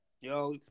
Yo